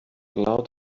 loud